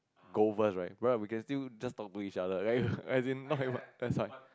go first right well we can still just talk to each other right as in not even